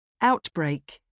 Outbreak